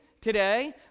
today